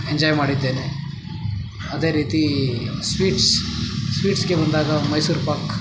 enjoy ಮಾಡಿದ್ದೇನೆ ಅದೇ ರೀತಿ ಸ್ವೀಟ್ಸ್ ಸ್ವೀಟ್ಸ್ಗೆ ಬಂದಾಗ ಮೈಸೂರುಪಾಕು